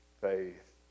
faith